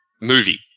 movie